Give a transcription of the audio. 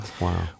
Wow